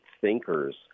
thinkers